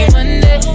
Monday